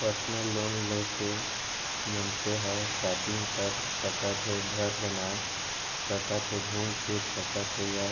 personal loan ले के मनसे हर सॉपिंग कर सकत हे, घर बना सकत हे घूम फिर सकत हे या